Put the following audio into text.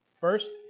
First